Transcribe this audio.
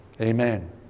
Amen